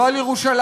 לא על ירושלים,